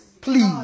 please